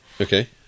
Okay